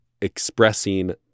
expressing